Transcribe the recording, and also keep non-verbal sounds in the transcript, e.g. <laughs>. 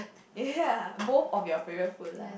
<laughs> ya both of your favourite food lah